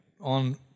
on